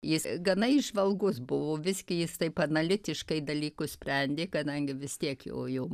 jis gana įžvalgus buvo visgi jis taip analitiškai dalykus sprendė kadangi vis tiek jo jau